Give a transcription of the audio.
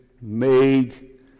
made